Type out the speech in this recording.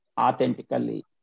authentically